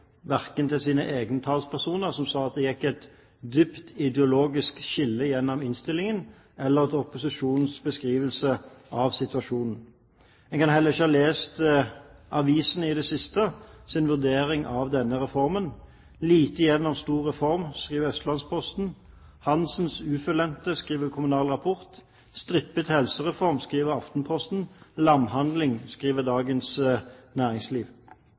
verken til sine egne talspersoner, som sa at det gikk et dypt ideologisk skille gjennom innstillingen, eller til opposisjonens beskrivelse av situasjonen. En kan heller ikke ha lest avisenes vurdering i det siste av reformen: «Lite igjen av stor reform», skriver Østlands-Posten, «Hanssens ufullendte», skriver Kommunal Rapport, «Strippet helsereform», skriver Aftenposten og «Lamhandling», skriver Dagens Næringsliv.